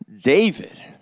David